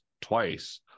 twice